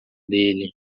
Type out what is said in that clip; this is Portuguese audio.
dele